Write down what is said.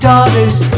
Daughters